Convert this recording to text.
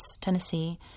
Tennessee